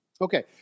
Okay